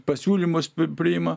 pasiūlymas pi priima